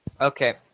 Okay